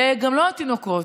וגם לא התינוקות,